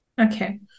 Okay